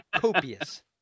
copious